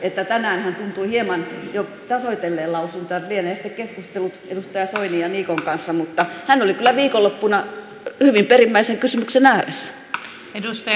lienee sitten keskustellut edustaja soinin ja edustaja niikon kanssa mutta hän oli kyllä viikonloppuna hyvin perimmäisen kysymyksen ääressä